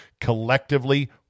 collectively